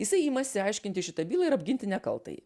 jisai imasi aiškinti šitą bylą ir apginti nekaltąjį